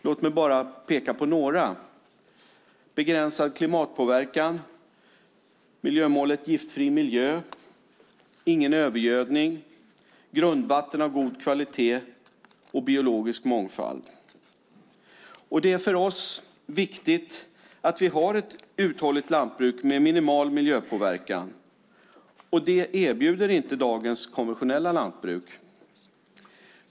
Låt mig bara peka på några: Begränsad klimatpåverkan Giftfri miljö Ingen övergödning Grundvatten av god kvalitet Biologisk mångfald Det är för oss viktigt att vi har ett uthålligt lantbruk med minimal miljöpåverkan. Det erbjuder inte dagens konventionella lantbruk.